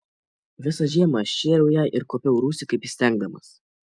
visą žiemą aš šėriau ją ir kuopiau rūsį kaip įstengdamas